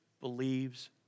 Believes